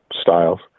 styles